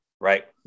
right